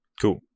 Cool